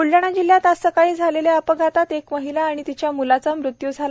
ब्लडाणा जिल्ह्यात आज सकाळी झालेल्या अपघातात एक महिला आणि तिच्या म्लाचा मृत्यू झाला